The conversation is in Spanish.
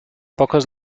pocos